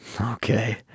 Okay